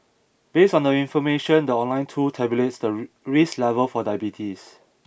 based on the information the online tool tabulates the risk level for diabetes